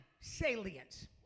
salience